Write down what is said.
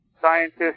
scientists